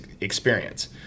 experience